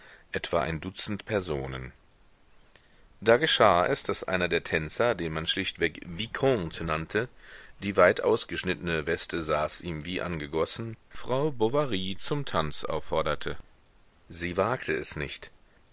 etwa ein dutzend personen da geschah es daß einer der tänzer den man schlechtweg vicomte nannte die weitausgeschnittene weste saß ihm wie angegossen frau bovary zum tanz aufforderte sie wagte es nicht